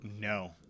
No